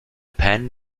pen